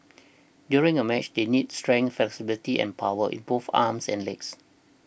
during a match they need strength flexibility and power in both arms and legs